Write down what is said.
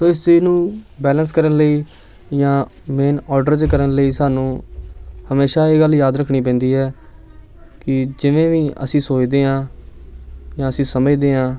ਸੋ ਇਸ ਚੀਜ਼ ਨੂੰ ਬੈਲੰਸ ਕਰਨ ਲਈ ਜਾਂ ਮੇਨ ਕਰਨ ਲਈ ਸਾਨੂੰ ਹਮੇਸ਼ਾਂ ਇਹ ਗੱਲ ਯਾਦ ਰੱਖਣੀ ਪੈਂਦੀ ਹੈ ਕਿ ਜਿਵੇਂ ਵੀ ਅਸੀਂ ਸੋਚਦੇ ਹਾਂ ਜਾਂ ਅਸੀਂ ਸਮਝਦੇ ਹਾਂ